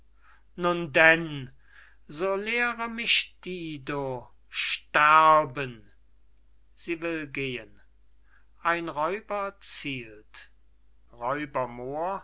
nun denn so lehre mich dido sterben sie will gehen ein räuber